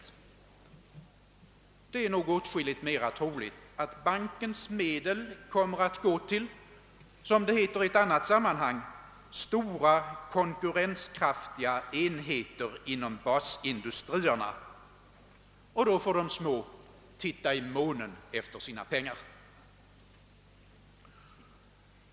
Det är nog åtskilligt mera troligt att bankens medel kommer att gå till — som det heter i ett annat sammanhang — »stora, konkurrenskraftiga enheter inom basindustrierna». Då får de små titta i månen efter sina pengar.